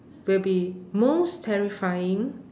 will be most terrifying